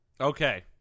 Okay